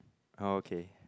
oh okay